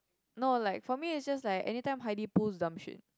no like for me is just like anytime Haidi pulls dumb shit